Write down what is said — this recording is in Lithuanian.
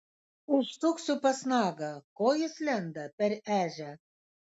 užsuksiu pas nagą ko jis lenda per ežią